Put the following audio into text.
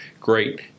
great